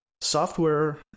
software